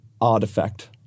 artifact